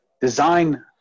design